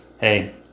hey